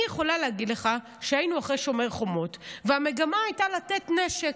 אני יכולה להגיד לך שהיינו אחרי שומר חומות והמגמה הייתה לתת נשק,